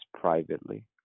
privately